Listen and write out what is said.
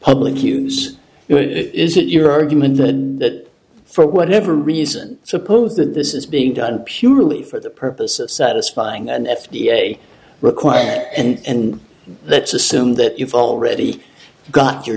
public use it is it your argument then that for whatever reason suppose that this is being done purely for the purpose of satisfying an f d a require and let's assume that you've already got your